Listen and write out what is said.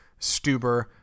Stuber